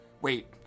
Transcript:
Wait